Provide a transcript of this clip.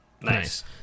nice